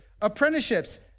apprenticeships